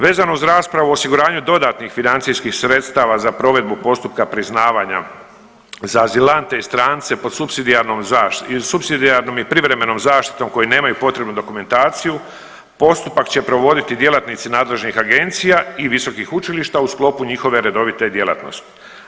Vezano uz raspravu o osiguranju dodatnih financijskih sredstava za provedbu postupka priznavanja za azilante i strance pod supsidijarnom zaštitom, supsidijarnom i privremenom zaštitom koji nemaju potrebnu dokumentaciju, postupak će provoditi djelatnici nadležnih agencija i visokih učilišta u sklopu njihove redovite djelatnosti.